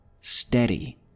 steady